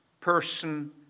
person